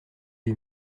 lui